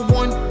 one